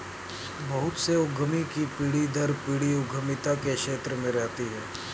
बहुत से उद्यमी की पीढ़ी दर पीढ़ी उद्यमिता के क्षेत्र में रहती है